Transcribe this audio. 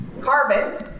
carbon